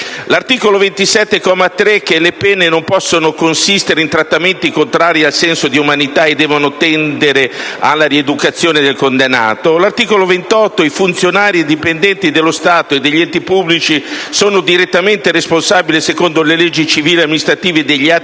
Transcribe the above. stabilisce: «Le pene non possono consistere in trattamenti contrari al senso di umanità e devono tendere alla rieducazione del condannato». L'articolo 28, primo comma, prevede: «I funzionari e i dipendenti dello Stato e degli enti pubblici sono direttamente responsabili, secondo le leggi penali, civili e amministrative, degli atti